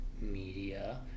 media